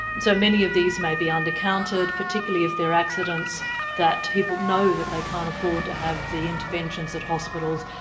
so many of these may be undercounted, particularly if they're accidents that people know that they can't afford to have the interventions at hospitals.